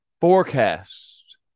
forecast